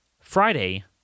Friday